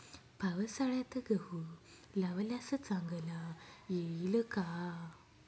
पावसाळ्यात गहू लावल्यास चांगला येईल का?